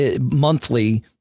monthly